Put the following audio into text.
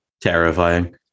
terrifying